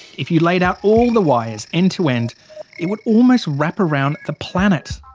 if you laid out all the wires end to end it would almost wrap around the planet.